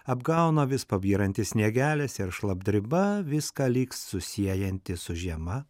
apgauna vis pabyrantys sniegelis ir šlapdriba viską lyg susiejanti su žiema